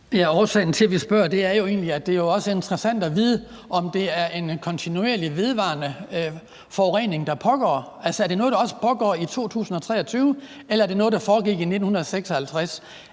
jo egentlig også, at det er interessant at vide, om det er en kontinuerlig, vedvarende forurening, der pågår. Altså, er det også noget, der pågår i 2023, eller var det noget, der foregik i 1956?